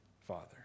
father